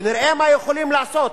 ונראה מה יכולים לעשות.